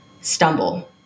stumble